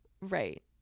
Right